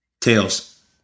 tails